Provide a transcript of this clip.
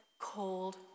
cold